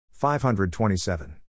527